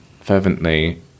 fervently